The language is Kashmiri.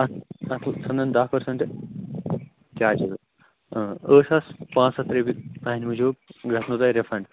اَتھ اَتھ ژھیٚنن دَہ پٔرسَنٛٹہٕ چارٕجٕز ٲٹھ ساس پانٛژھ ہَتھ رۄپیہِ تٔہٕنٛدِ موٗجوٗب گژھَنَو تۄہہِ رِفَنٛڈ